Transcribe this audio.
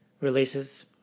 releases